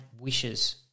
wishes